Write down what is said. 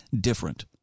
different